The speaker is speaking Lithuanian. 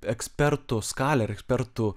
ekspertų skalę ar ekspertų